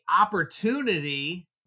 opportunity